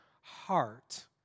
heart